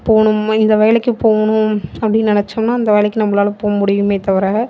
போகணும் இந்த வேலைக்கு போகணும் அப்படின்னு நினைச்சோனா அந்த வேலைக்கு நம்மளால போக முடியுமே தவிர